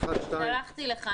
סלחתי לך.